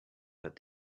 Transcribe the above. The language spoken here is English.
but